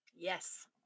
yes